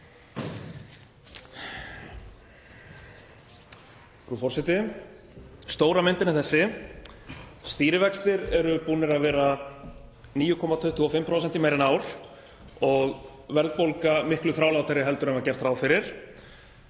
Frú forseti. Stóra myndin er þessi: Stýrivextir eru búnir að vera 9,25% í meira en ár og verðbólga miklu þrálátari en var gert ráð fyrir.